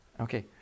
Okay